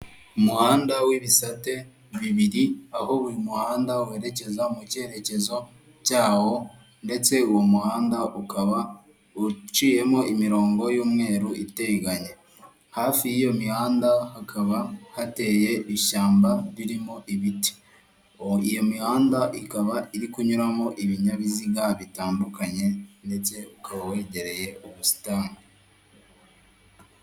Umuhanda w'ibisate bibiri aho buri muhanda werekeza mu cyerekezo cyawo ndetse uwo muhanda ukaba uciyemo imirongo y'umweru iteganye, hafi y'iyo mihanda hakaba hateye ishyamba ririmo ibiti, iyo mihanda ikaba iri kunyuramo ibinyabiziga bitandukanye ndetse ukaba wegereye ubusitani.